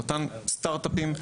לאותם סטארט-אפים,